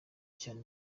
cyane